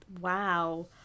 wow